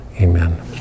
Amen